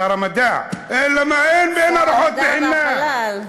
שר המדע, למה אין ארוחות חינם.